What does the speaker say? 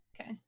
Okay